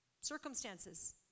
circumstances